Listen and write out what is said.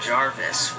Jarvis